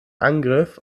angriff